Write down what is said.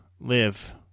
live